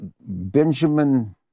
Benjamin